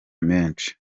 menshi